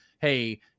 Hey